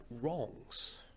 wrongs